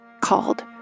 called